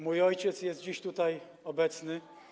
Mój ojciec jest dzisiaj tutaj obecny.